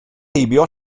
heibio